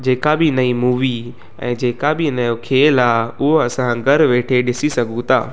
जेका बि नई मूवी ऐं जेका बि नयों खेल आहे उहो असां घर वेठे ॾिसी सघूं था